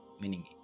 Meaning